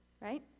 right